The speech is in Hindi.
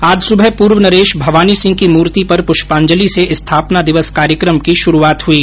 आज सुबह पूर्व नरेश भवानी सिंह की मूर्ति पर पुष्पांजलि से स्थापना दिवस कार्यक्रम की शुरूआत हुई